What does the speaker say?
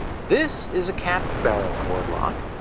this is a capped barrel cord lock.